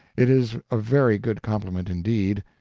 it is a very good compliment indeed,